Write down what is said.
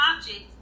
objects